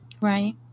Right